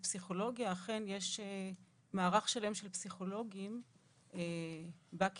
בפסיכולוגיה אכן יש מערך של פסיכולוגים בקהילה